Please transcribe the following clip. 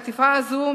החטיפה הזאת